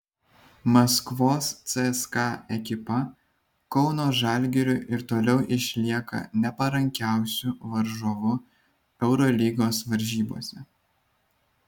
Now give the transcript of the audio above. maskvos cska ekipa kauno žalgiriui ir toliau išlieka neparankiausiu varžovu eurolygos varžybose